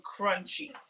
crunchy